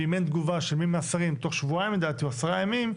ואם אין תגובה של מי מהשרים תוך שבועיים לדעתי או עשרה ימים,